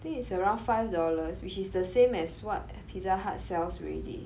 think it's around five dollars which is the same as what Pizza Hut sells already